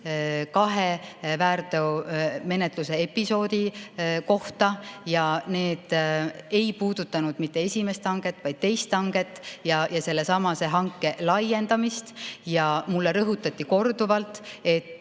kahe väärteomenetluse episoodi kohta. Need ei puudutanud mitte esimest hanget, vaid teist hanget, selle hanke laiendamist. Ja mulle rõhutati korduvalt, et